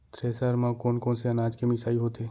Thresher म कोन कोन से अनाज के मिसाई होथे?